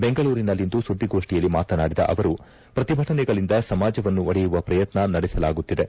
ಬೆಂಗಳೂರಿನಲ್ಲಿಂದು ಸುದ್ದಿಗೋಷ್ಷಿಯಲ್ಲಿ ಮಾತನಾಡಿದ ಅವರು ಪ್ರತಿಭಟನೆಗಳಿಂದ ಸಮಾಜವನ್ನು ಒಡೆಯುವ ಪ್ರಯತ್ನ ನಡೆಸಲಾಗುತ್ತಿದೆ